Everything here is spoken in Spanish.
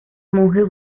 monjes